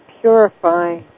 purify